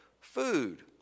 Food